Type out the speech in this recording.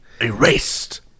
erased